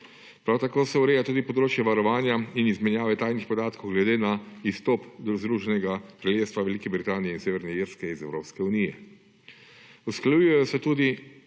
Prav tako se ureja tudi področje varovanje in izmenjave tajnih podatkov glede na izstop Združenega kraljestva Velike Britanije in Severne Irske iz Evropske unije. Usklajujejo se tudi